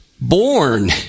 born